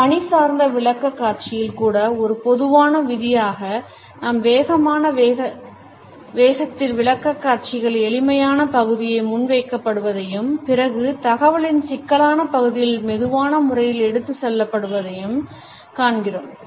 ஒரு பணி சார்ந்த விளக்கக்காட்சியில் கூட ஒரு பொதுவான விதியாக நாம் வேகமான வேகத்தில் விளக்கக்காட்சியின் எளிமையான பகுதியை முன்வைக்கப்படுவதையும் பிறகு தகவலின் சிக்கலான பகுதிகள் மெதுவான முறையில் எடுத்து சொல்லப்படுவதையும் காண்கிறோம்